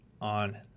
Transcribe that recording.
on